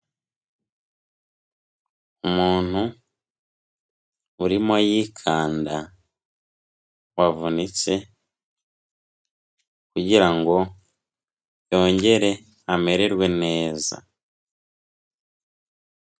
Umuntu urimo yikanda wavunitse kugira ngo yongere amererwe neza.